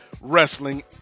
Wrestling